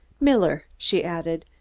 miller, she added.